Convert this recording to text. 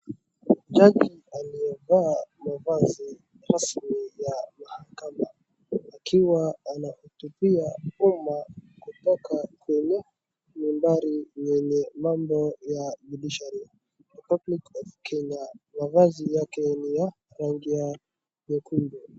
Jaji aliyevaa mavazi rasmi ya mahakama, akiwa anahotubia umma, kutoka kwenye numbari yenye mambo ya Judiciary, the public of Kenya . Mavazi yake ni ya, rangi ya nyekundu.